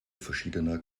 verschiedener